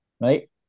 Right